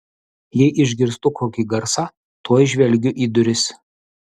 jei išgirstu kokį garsą tuoj žvelgiu į duris